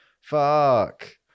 fuck